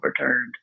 overturned